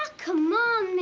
come on,